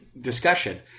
discussion